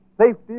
Safety